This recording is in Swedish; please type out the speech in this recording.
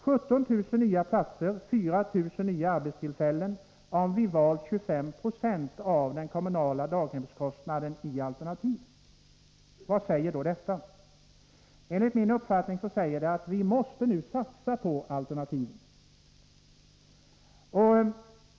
17 000 nya platser, 4 000 nya arbetstillfällen, om vi hade valt 25 96 av de kommunala daghemmen i form av alternativa daghem. Vad säger då detta? Enligt min uppfattning säger det att vi måste satsa på alternativen.